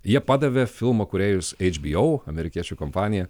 jie padavė filmo kūrėjus eidž by au amerikiečių kompaniją